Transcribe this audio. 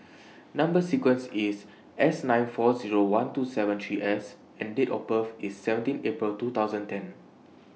Number sequence IS S nine four Zero one two seven three S and Date of birth IS seventeen April two thousand and ten